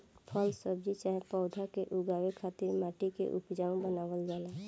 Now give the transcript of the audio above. फल सब्जी चाहे पौधा के उगावे खातिर माटी के उपजाऊ बनावल जाला